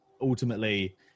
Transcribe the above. ultimately